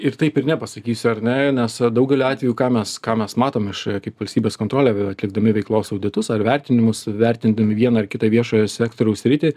ir taip ir ne pasakysiu ar ne nes daugeliu atvejų ką mes ką mes matom iš kaip valstybės kontrolė atlikdami veiklos auditus ar vertinimus vertindami vieną ar kitą viešojo sektoriaus sritį